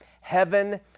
heaven